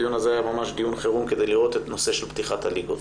הדיון הזה היה ממש דיון חירום כדי לראות את הנושא של פתיחת הליגות.